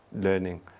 learning